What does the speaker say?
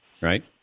right